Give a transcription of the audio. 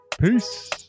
Peace